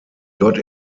dort